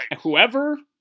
whoever